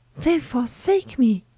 they forsake me.